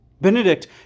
Benedict